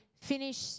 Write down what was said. finish